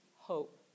hope